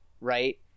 right